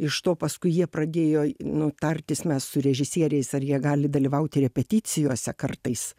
iš to paskui jie pradėjo nu tartis mes su režisieriais ar jie gali dalyvauti repeticijose kartais